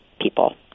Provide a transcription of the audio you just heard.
people